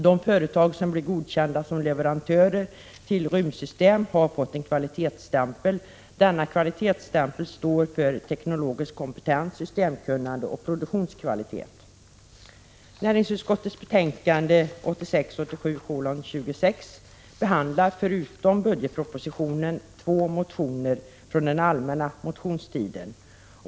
De företag som blir godkända som leverantörer till rymdsystem har fått en kvalitetsstämpel. Denna kvalitetsstämpel står för teknologisk kompetens, systemkunnande och produktionskvalitet. Näringsutskottets betänkande 1986/87:26 behandlar förutom budgetpropositionen två motioner från den allmänna motionstiden.